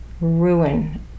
ruin